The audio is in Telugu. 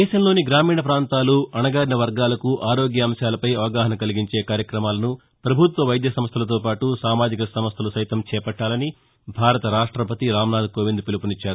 దేశంలోని గ్రామీణ ప్రాంతాలు అణగారిన వర్గాలకు ఆరోగ్య అంశాలపై అవగాహన కలిగించే కార్యకమాలను ప్రభుత్వ వైద్య సంస్దలతో పాటు సామాజిక సంస్దలు సైతం చేపట్టాలని భారత రాష్టపతి రాంనాథ్ కోవింద్ పిలుపునిచ్చారు